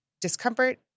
discomfort